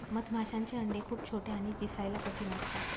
मधमाशांचे अंडे खूप छोटे आणि दिसायला कठीण असतात